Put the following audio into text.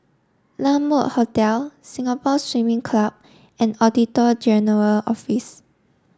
La Mode Hotel Singapore Swimming Club and Auditor General's Office